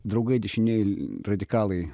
draugai dešinieji radikalai